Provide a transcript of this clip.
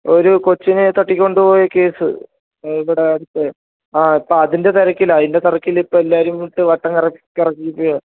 ഒരു കൊച്ചിനെ തട്ടിക്കൊണ്ട് പോയ കേസ് ഇവിടെ ആദ്യത്തെ ആ ഇപ്പം അതിന്റെ തിരക്കിലാണ് അതിന്റെ തിരക്കിലിപ്പോൾ എല്ലാവരും ഇട്ട് വട്ടം കറക്കിക്കുകയാണ്